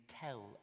tell